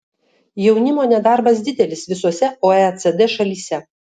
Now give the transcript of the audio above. jaunimo nedarbas didelis visose oecd šalyse